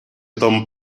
ton